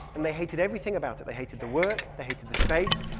and they hated everything about it. they hated the work they hated the space,